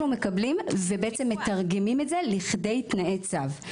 אנחנו מקבלים ומתרגמים את זה לכדי תנאי צו.